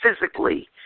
physically